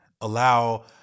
allow